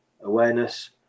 awareness